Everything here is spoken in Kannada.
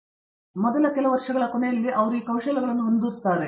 ಮತ್ತು ಮೊದಲ ಕೆಲವು ವರ್ಷಗಳ ಕೊನೆಯಲ್ಲಿ ಅವರು ಈ ಕೌಶಲಗಳನ್ನು ಹೊಂದಿದ್ದಾರೆ